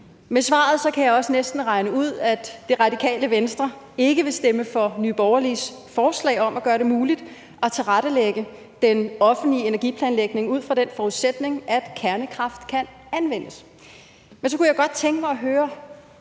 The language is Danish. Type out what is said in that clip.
Med svaret kan jeg også næsten regne ud, at Det Radikale Venstre ikke vil stemme for Nye Borgerliges forslag om at gøre det muligt at tilrettelægge den offentlige energiplanlægning ud fra den forudsætning, at kernekraft kan anvendes. Men så kunne jeg godt tænke mig at høre